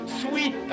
sweet